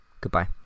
Goodbye